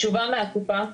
תשובה מהקופה,